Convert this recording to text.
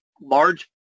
large